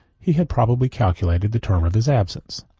he had probably calculated the term of his absence,